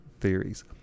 theories